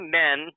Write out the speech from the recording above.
men